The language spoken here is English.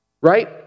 right